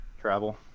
Travel